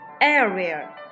Area